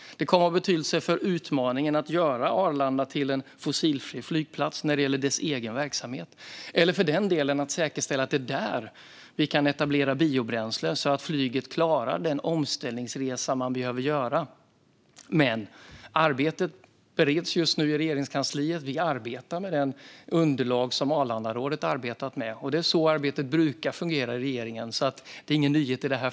Det kommer att ha betydelse för utmaningen att göra Arlanda till en fossilfri flygplats när det gäller dess egen verksamhet, eller för den delen att säkerställa att vi kan etablera biobränsle där, så att flyget klarar den omställningsresa man behöver göra. Arbetet bereds just nu i Regeringskansliet. Vi arbetar med det underlag som Arlandarådet har arbetat med. Det är på det sättet arbetet brukar fungera i regeringen, så det är ingen nyhet.